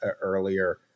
earlier